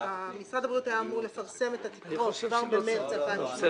משרד הבריאות היה אמור לפרסם את התקרות כבר במרס 2018